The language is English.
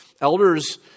Elders